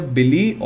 Billy